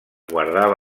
guardava